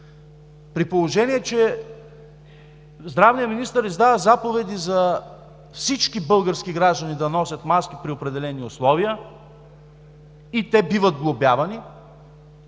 при положение че здравният министър издава заповеди за всички български граждани да носят маски при определени условия и те биват глобявани,